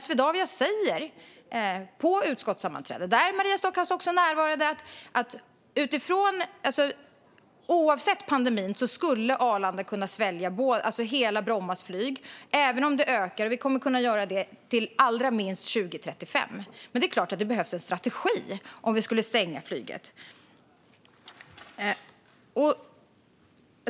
Swedavia sa på ett utskottssammanträde, där Maria Stockhaus också närvarade, att oavsett pandemin skulle Arlanda kunna svälja hela Brommas flyg även om det ökar. Vi kommer att kunna göra det till allra minst 2035. Men det är klart att det behövs en strategi om vi skulle stänga flyget.